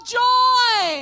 joy